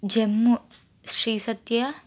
Jammu Sri Satya